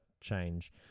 change